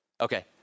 Okay